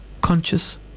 conscious